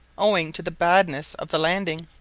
owing to the badness of the landing.